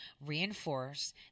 reinforce